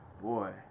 Boy